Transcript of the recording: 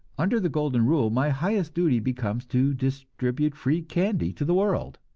under the golden rule, my highest duty becomes to distribute free candy to the world.